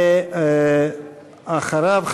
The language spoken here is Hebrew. ואחריו,